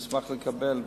אשמח לקבל ואבדוק.